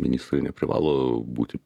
ministrai neprivalo būti